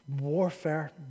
warfare